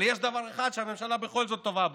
אבל יש דבר אחד שהממשלה בכל זאת טובה בו,